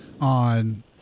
on